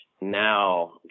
now